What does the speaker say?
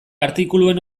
artikuluen